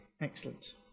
excellent